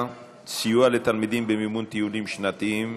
(סיוע לתלמידים במימון טיולים שנתיים),